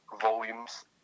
volumes